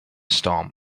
storm